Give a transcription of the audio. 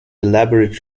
elaborate